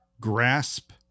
grasp